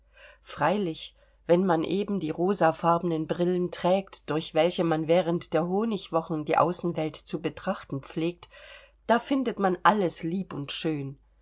freilich wenn man eben die rosafarbenen brillen trägt durch welche man während der honigwochen die außenwelt zu betrachten pflegt da findet man alles lieb und schön